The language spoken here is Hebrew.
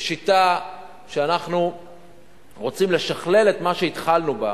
בשיטה שאנחנו רוצים לשכלל את מה שהתחלנו בה.